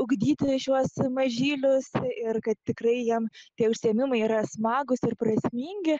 ugdyti šiuos mažylius ir kad tikrai jiem tie užsiėmimai yra smagūs ir prasmingi